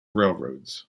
railroads